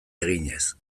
eginez